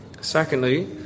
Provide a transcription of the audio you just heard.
Secondly